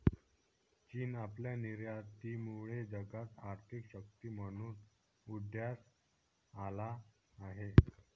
चीन आपल्या निर्यातीमुळे जगात आर्थिक शक्ती म्हणून उदयास आला आहे